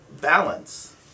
balance